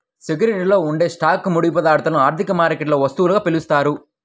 సెక్యూరిటీలలో ఉండే స్టాక్లు, ముడి పదార్థాలను ఆర్థిక మార్కెట్లలో వస్తువులుగా పిలుస్తారు